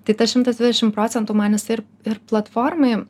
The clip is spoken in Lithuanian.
tai tas šimtas dvidešim procentų man jis ir ir platformai